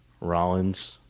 Rollins